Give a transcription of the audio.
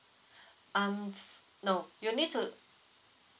um no you need to